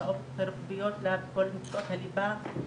שעות רוחביות לכל מקצועות הליבה,